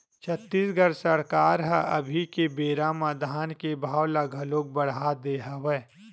छत्तीसगढ़ सरकार ह अभी के बेरा म धान के भाव ल घलोक बड़हा दे हवय